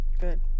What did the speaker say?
Good